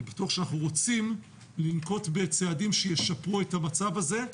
אני בטוח שאנחנו רוצים לנקוט בצעדים שישפרו את המצב הזה.